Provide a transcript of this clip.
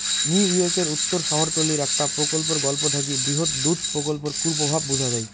নিউইয়র্কের উত্তর শহরতলীর একটা প্রকল্পর গল্প থাকি বৃহৎ দুধ প্রকল্পর কুপ্রভাব বুঝা যাই